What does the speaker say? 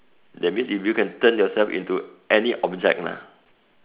that means if you can turn yourself into any object lah